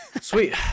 sweet